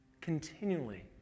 continually